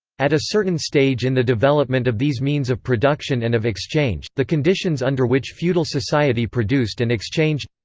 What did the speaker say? at a certain stage in the development of these means of production and of exchange, the conditions under which feudal society produced and exchanged.